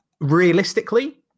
realistically